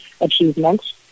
achievements